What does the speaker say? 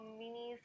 mini